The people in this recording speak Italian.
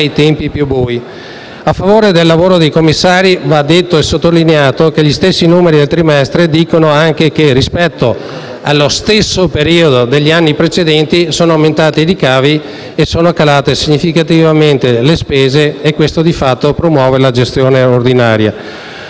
ai tempi più bui. A favore del lavoro dei commissari va detto e sottolineato che gli stessi numeri del trimestre dicono anche che, rispetto allo stesso periodo degli anni precedenti, sono aumentati i ricavi e sono calate significativamente le spese e questo di fatto promuove la gestione ordinaria.